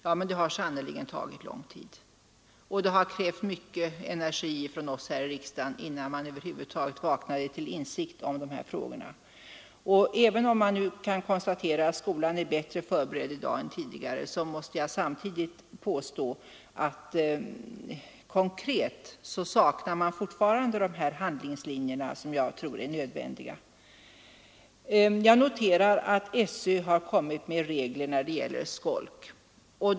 Ja, men det har sannerligen tagit lång tid, och det har krävt mycken energi från oss här i riksdagen innan man över huvud taget vaknade till insikt om dessa frågor. Även om man nu kan konstatera att skolan i dag är bättre förberedd än tidigare, måste jag påstå att man konkret fortfarande saknar de handlingslinjer som jag tror är nödvändiga på detta område. Jag noterar att SÖ har utfärdat nya regler beträffande skolk.